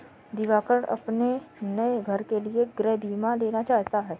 दिवाकर अपने नए घर के लिए गृह बीमा लेना चाहता है